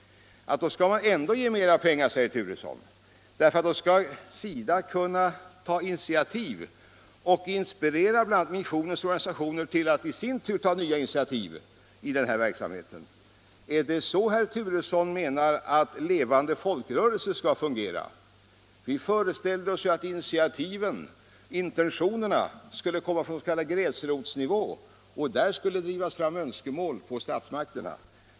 Trots det skall vi ge missionen mer pengar, säger herr Turesson; SIDA skall ta initiativ och inspirera bl.a. missionens organisationer till att i sin tur ta nya initiativ i den här verksamheten. Är det så herr Turesson menar att levande folkrörelser skall fungera? Vi föreställer oss att initiativet, intentionerna skulle komma från s.k. gräsrotsnivå och att där skulle drivas fram önskemål på statsmakterna.